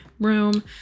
room